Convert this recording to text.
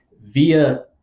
via